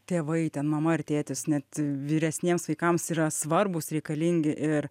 tėvai ten mama ar tėtis net vyresniems vaikams yra svarbūs reikalingi ir